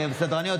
סדרניות,